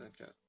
Okay